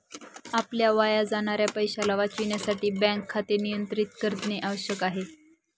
आपल्या वाया जाणाऱ्या पैशाला वाचविण्यासाठी बँक खाते नियंत्रित करणे आवश्यक आहे